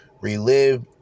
relive